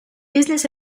business